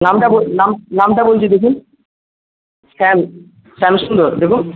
নামটা বলছি নাম নামটা বলছি দেখুন শ্যাম শ্যামসুন্দর দেখুন